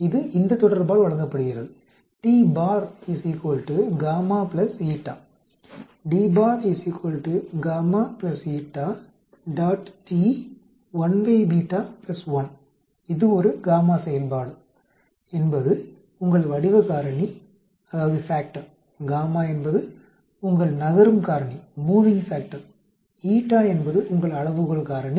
இது இந்த தொடர்பால் வழங்கப்படுகிறது இது ஒரு γ செயல்பாடு என்பது உங்கள் வடிவ காரணி γ என்பது உங்கள் நகரும் காரணி η என்பது உங்கள் அளவுகோள் காரணி